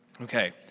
Okay